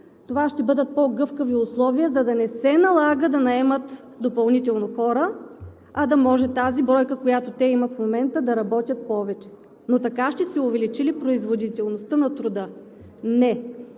това ще бъдат по-гъвкави условия, за да не се налага да наемат допълнително хора, а да може тази бройка, която те имат в момента, да работи повече. Но така ще се увеличи ли производителността на труда? Не,